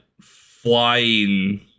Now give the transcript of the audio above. flying